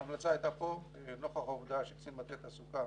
ההמלצה פה הייתה, נוכח העובדה שקצין מטה התעסוקה